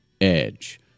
Edge